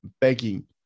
begging